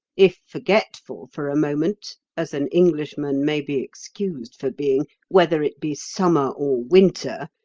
if forgetful for a moment as an englishman may be excused for being whether it be summer or winter,